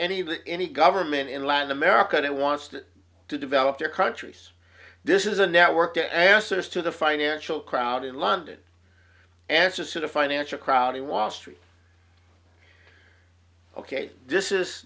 the any government in latin america it wants to develop their countries this is a network the answers to the financial crowd in london answers to the financial crowd the wall street ok this is